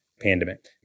pandemic